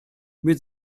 mit